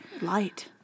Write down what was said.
light